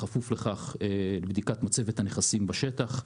בכפוף לכך: בדיקת מצבת הנכסים הקיימים בשטח,